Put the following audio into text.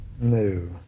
no